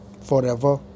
forever